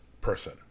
person